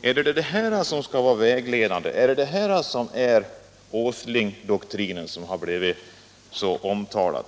Är det här den princip som skall vara vägledande? Är det här Åslingdoktrinen, som har blivit så omtalad?